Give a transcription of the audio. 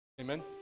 Amen